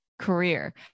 career